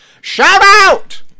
Shout-out